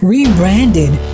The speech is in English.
Rebranded